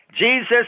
Jesus